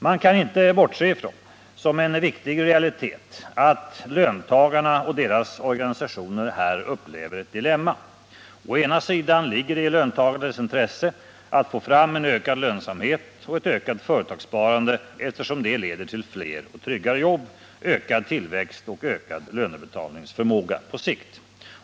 Man kan inte bortse ifrån, som en viktig realitet, att löntagarna och deras organisationer här upplever ett dilemma. Å ena sidan ligger det i löntagarnas intresse att få fram en ökad lönsamhet och ett ökat företagssparande, eftersom det leder till fler och tryggare jobb, ökad tillväxt och ökad lönebetalningsförmåga på sikt.